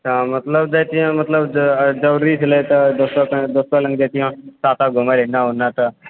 मतलब दैतिऐ मतलब जरुरी छलए तऽ दोसर सङ्गे दोसर लग जेतिऐ साथ साथ घुमए ला एने ओने तऽ